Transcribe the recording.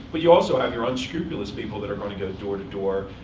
but you also have your unscrupulous people that are going to go door to door,